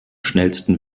schnellsten